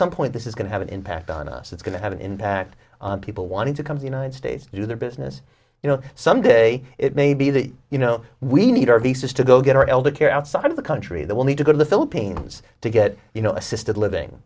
some point this is going to have an impact on us it's going to have an impact on people wanting to come to united states to do their business you know some day it may be that you know we need our visas to go get our elder care outside of the country that will need to go to the philippines to get you know assisted living